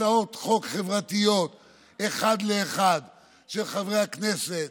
הצעות חוק חברתיות אחד לאחת של חברי הכנסת,